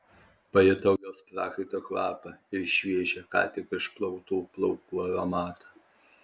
pajutau jos prakaito kvapą ir šviežią ką tik išplautų plaukų aromatą